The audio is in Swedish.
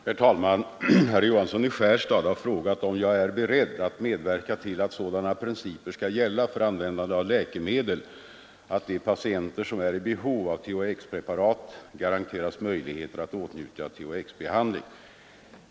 Herr talman! Herr Johansson i Skärstad har frågat om jag är beredd att medverka till att sådana principer skall gälla för användandet av läkemedel att de patienter som är i behov av THX-preparat garanteras möjligheter att åtnjuta THX-behandling.